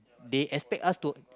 they expect us to